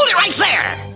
right there.